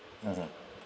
mmhmm